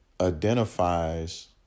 identifies